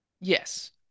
Yes